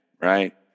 right